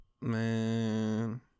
Man